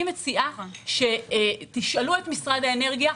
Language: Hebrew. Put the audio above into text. אני מציעה שתשאלו את משרד האנרגיה,